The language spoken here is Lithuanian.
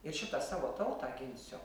ir šitą savo tautą ginsiu